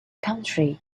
country